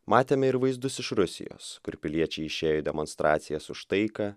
matėme ir vaizdus iš rusijos kur piliečiai išėjo į demonstracijas už taiką